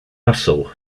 muscle